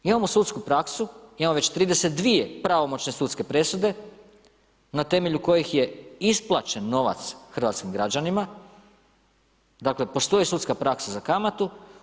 Imamo sudsku praksu, imamo već 32 pravomoćne sudske presude na temelju kojih je isplaćen novac hrvatskim građanima, dakle postoji sudska praksa za kamatu.